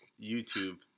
YouTube